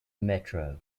metro